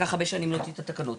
לקח הרבה שנים להוציא את התקנות.